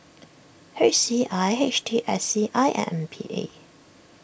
H C I H T S C I and M P A